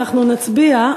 אנחנו נצביע,